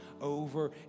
over